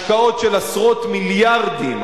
השקעות של עשרות מיליארדים,